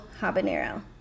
habanero